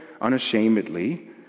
unashamedly